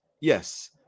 Yes